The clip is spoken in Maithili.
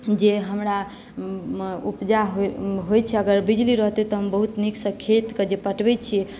जे हमरा उपजा होइत छै अगर बिजली रहतै तऽ हम बहुत नीकसँ जे खेतकेँ पटबैत छियै